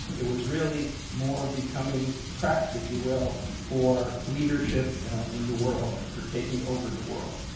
it was really more becoming prepped, if you will, for leadership in the world and for taking over the world.